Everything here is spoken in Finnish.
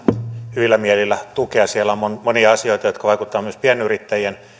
hyvillä mielillä tukea siellä on monia asioita jotka vaikuttavat myös pienyrittäjien